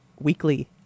weekly